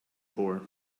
for